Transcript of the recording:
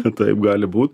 kad taip gali būt